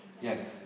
Yes